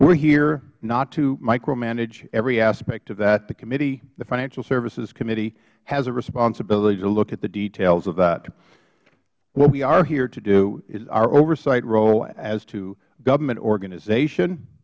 are here not to micromanage every aspect of that the financial services committee has a responsibility to look at the details of that what we are here to do is our oversight role as to government organization